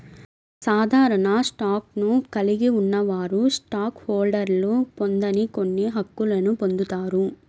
సాధారణ స్టాక్ను కలిగి ఉన్నవారు స్టాక్ హోల్డర్లు పొందని కొన్ని హక్కులను పొందుతారు